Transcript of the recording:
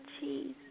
cheese